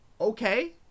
Okay